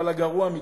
אבל הגרוע מכול,